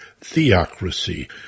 theocracy